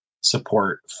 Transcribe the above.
support